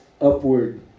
upward